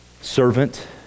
servant